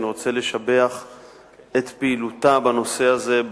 ובהזדמנות זו אני רוצה לשבח את פעילותה בנושא הזה.